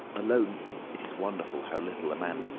alone it is wonderful how little a man